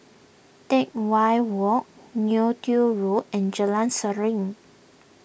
Teck Whye Walk Neo Tiew Road and Jalan Seruling